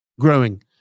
growing